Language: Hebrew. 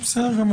בסדר.